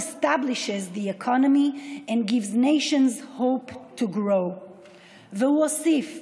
להלן תרגומם: מדינת בחריין כולה נרגשת לקראת המציאות החדשה הזאת,